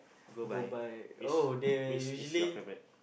go by which which is your favorite